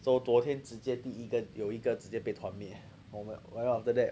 so 昨天直接第一个有一个直接被同灭 or what well after that